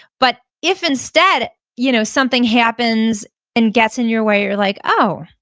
but if instead you know something happens and gets in your way, you're like, oh,